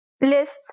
list